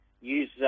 use